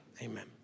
Amen